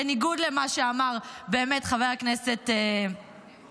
בניגוד למה שאמר באמת חבר הכנסת קריב,